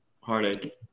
Heartache